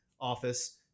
office